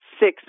Six